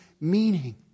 meaning